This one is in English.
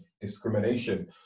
discrimination